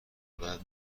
بعد